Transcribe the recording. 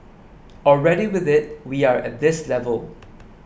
already with it we are at this level